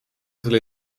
tuli